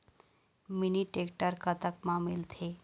Mini tractor कतक म मिलथे?